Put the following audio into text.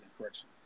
correction